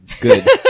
Good